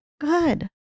good